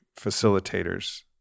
facilitators